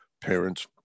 parents